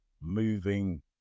moving